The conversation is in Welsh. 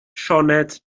sioned